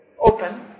open